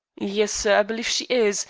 yes, sir, i believe she is,